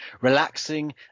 relaxing